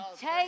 take